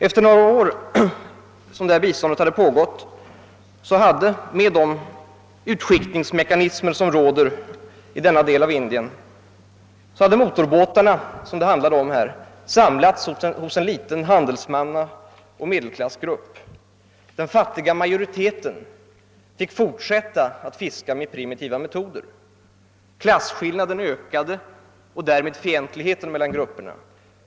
Efter några år hade med de rådande utskiktningsmekanismerna i denna del av Indien motorbåtarna, som det här rörde sig om, samlats hos en liten handelsmannaoch medelklassgrupp. Den fattiga majoriteten fick fortsätta att fiska med primitiva metoder. Klasskillnaden ökade och därmed fientligheten mellan grupperna.